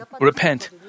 repent